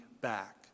back